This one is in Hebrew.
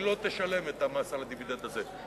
היא לא תשלם את המס על הדיבידנד הזה,